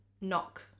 knock